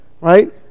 right